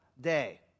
day